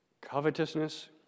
Covetousness